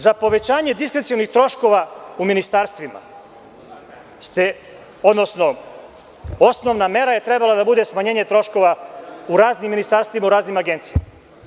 Za povećanje diskrecionih troškova u ministarstvima, odnosno osnovna mera je trebalo da bude smanjenje troškova u raznim ministarstvima, u raznim agencijama.